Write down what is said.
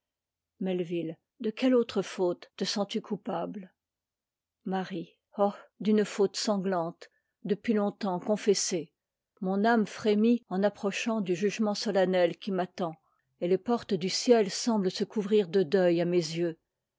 melvil de quelle autre faute te sens-tu coupable mabib ah d'une faute sanglante depuis tongtemps confessée mon âme frémit en approchant du jugement solennel qui m'attend et les portes du ciel semblent se couvrir de deuil à mes yeux